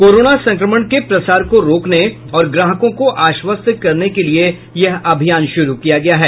corona संक्रमण के प्रसार को रोकने और ग्राहकों को आश्वस्त करने के लिए यह अभियान शुरू किया गया है